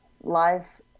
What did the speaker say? life